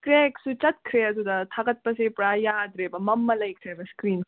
ꯀ꯭ꯔꯦꯛꯁꯨ ꯆꯠꯈ꯭ꯔꯦ ꯑꯗꯨꯗ ꯊꯥꯒꯠꯄꯁꯦ ꯄꯨꯔꯥ ꯌꯥꯗ꯭ꯔꯦꯕ ꯃꯝꯃ ꯂꯩꯈ꯭ꯔꯦꯕ ꯏꯁꯀ꯭ꯔꯤꯟ